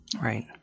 Right